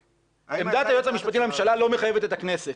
עמדת היועץ המשפטי לממשלה לא מחייבת את הכנסת.